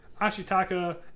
Ashitaka